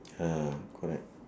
ya correct